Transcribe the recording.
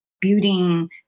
building